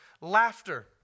Laughter